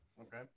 okay